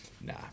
Nah